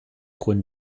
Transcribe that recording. gute